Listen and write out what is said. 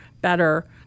better